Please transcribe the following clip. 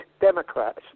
Democrats